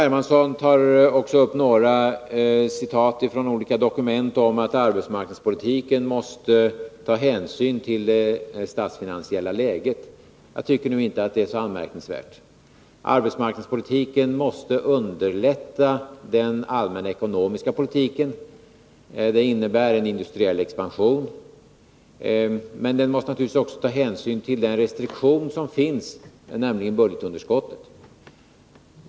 Hermansson hade några citat från olika dokument om att arbetsmarknadspolitiken måste ta hänsyn till det statsfinansiella läget. Men jag tycker inte att det är så anmärkningsvärt. Arbetsmarknadspolitiken måste underlätta den allmänna ekonomiska politiken. Det innebär en industriell expansion. Men den måste naturligtvis också ta hänsyn till den restriktion som finns, nämligen budgetunderskottet.